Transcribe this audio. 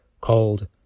called